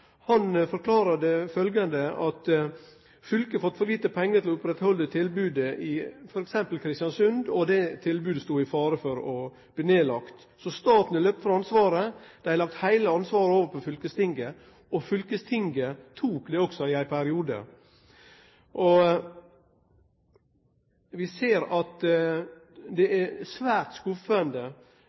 for lite penger til å opprettholde tilbudet i Kristiansund.» Og det tilbodet sto i fare for å bli lagt ned. Så «staten har løpt fra ansvaret. De har lagt hele ansvaret over på fylkestinget» – og fylkestinget tok det også i ein periode. Vi ser at det er svært